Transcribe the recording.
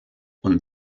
und